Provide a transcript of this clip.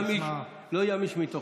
"לא ימיש מתוך,